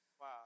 Wow